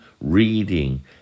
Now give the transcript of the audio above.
reading